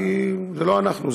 כי זה לא אנחנו,